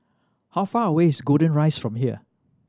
how far away is Golden Rise from here